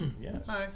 Yes